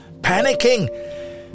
panicking